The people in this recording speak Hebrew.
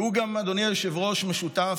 והוא גם, אדוני היושב-ראש, משותף